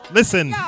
listen